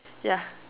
ya